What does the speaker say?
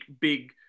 big